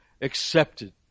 accepted